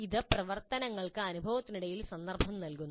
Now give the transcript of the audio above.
ഇത് പ്രവർത്തനങ്ങൾക്ക് അനുഭവത്തിനിടയിൽ സന്ദർഭം നൽകുന്നു